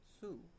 Sue